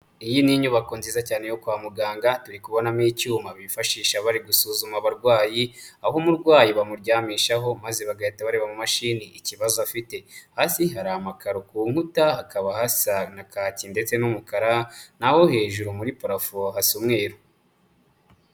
Iyi ni inyubako nziza cyane yo kwa muganga, turi kubonamo icyuma bifashisha bari gusuzuma abarwayi, aho umurwayi bamuryamishaho maze bagahita bareba mu mashini bagahita bareba ikibazo afite. Hasi hari amakaro, ku nkuta hakaba hasa nka kaki ndetse n'umukara, naho hejuru muri parafo harasa umweru.